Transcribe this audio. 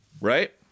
Right